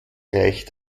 reich